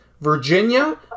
Virginia